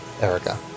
Erica